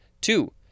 Two